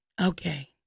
okay